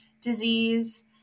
disease